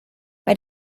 bei